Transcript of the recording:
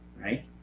right